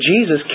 Jesus